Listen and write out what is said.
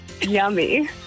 Yummy